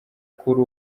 kuri